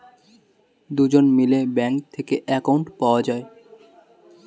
দুজন মিলে ব্যাঙ্ক থেকে অ্যাকাউন্ট পাওয়া যায়